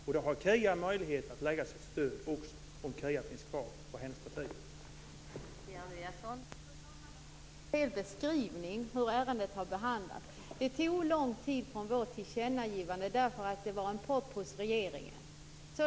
Då har Kia Andreasson möjlighet att ge sitt stöd, om Kia Andreasson och hennes parti finns kvar här.